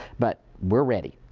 but we're ready.